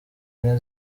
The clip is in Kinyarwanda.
yine